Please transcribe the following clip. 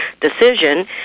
decision